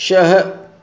छह